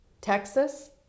Texas